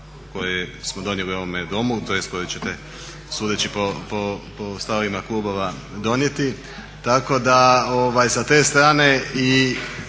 koji smo donijeli u ovome Domu, tj. kojeg ćete sudeći po stavovima klubova donijeti, tako da sa te strane i